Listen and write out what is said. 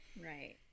right